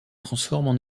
transforment